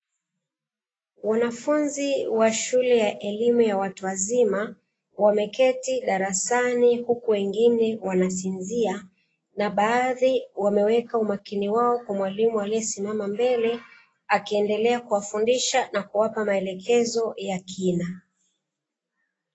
Wanafunzi wa shule ya elimu ya watu wazima wameketi darasani huku wengine wanasinzia, na baadhi wameweka umakini wao kwa mwalimu aliyesimama mbele akiendelea kuwafundisha na kuwapa maelekezo ya kina.